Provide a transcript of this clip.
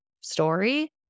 story